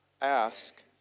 ask